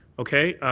okay.